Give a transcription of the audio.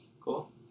Cool